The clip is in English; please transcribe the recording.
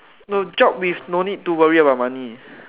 no job with no need to worry about money